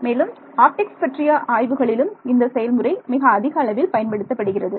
மேலும் ஆப்டிக்ஸ் பற்றிய ஆய்வுகளிலும் இந்த செயல்முறை மிக அதிக அளவில் பயன்படுத்தப்படுகிறது